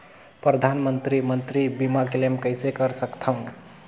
परधानमंतरी मंतरी बीमा क्लेम कइसे कर सकथव?